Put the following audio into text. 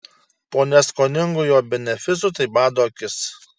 po neskoningų jo benefisų tai bado akis